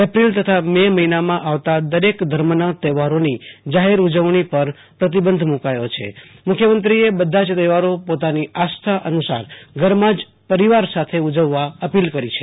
April તથા May મહિનામાં આવતા દરેક ધર્મના તહેવારોની જાહેર ઉજવણી પર પ્રતિબંધ મુકાયો છે મુખ્યમંત્રીએ બધા જ તહેવારો પોતાની આસ્થા અનુસાર ધરમાં જ પરિવાર સાથે ઉજવવાની અપીલ કરી છે